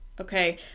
Okay